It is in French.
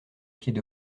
pieds